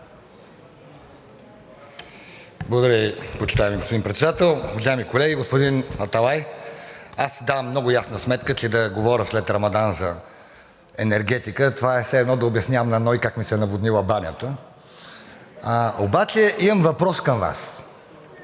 Благодаря Ви, почитаеми господин Председател. Уважаеми колеги! Господин Аталай, давам си много ясна сметка, че да говоря след Рамадан за енергетика е все едно да обяснявам на НОИ как ми се е наводнила банята. Обаче имам въпрос към Вас